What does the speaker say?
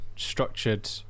structured